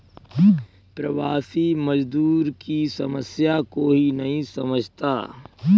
प्रवासी मजदूर की समस्या कोई नहीं समझता